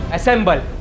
Assemble